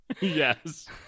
Yes